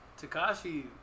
Takashi